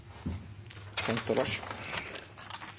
Senter